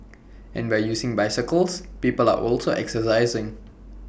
and by using bicycles people are also exercising